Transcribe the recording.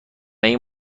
این